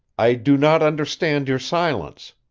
i do not understand your silence.